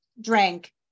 drank